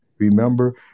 Remember